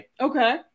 Okay